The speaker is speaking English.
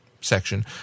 section